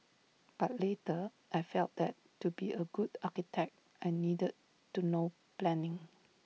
but later I felt that to be A good architect I needed to know planning